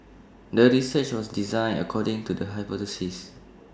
the research was designed according to the hypothesis